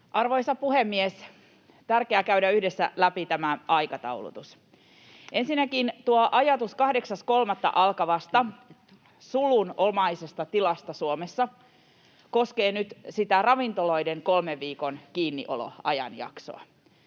Arvoisa puhemies! On tärkeää käydä yhdessä läpi tämä aikataulutus. Ensinnäkin tuo ajatus 8.3. alkavasta sulunomaisesta tilasta Suomessa koskee nyt sitä ravintoloiden kolmen viikon kiinnioloajanjaksoa.